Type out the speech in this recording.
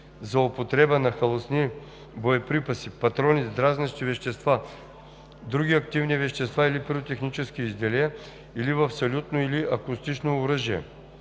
за употреба на халосни боеприпаси, патрони с дразнещи вещества, други активни вещества или пиротехнически изделия, или в салютно или акустично оръжие.